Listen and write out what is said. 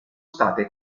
state